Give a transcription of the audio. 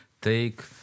take